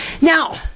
Now